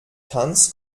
tanz